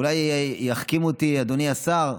עצמי, אולי יחכים אותי אדוני השר,